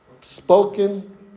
spoken